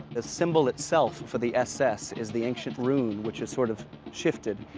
the symbol itself for the s s. is the ancient rune, which is sort of shifted.